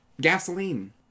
gasoline